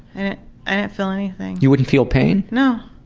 and and i didn't feel anything. you wouldn't feel pain? no.